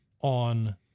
On